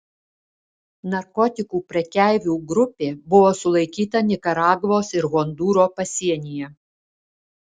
narkotikų prekeivų grupė buvo sulaikyta nikaragvos ir hondūro pasienyje